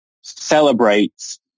celebrates